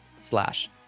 slash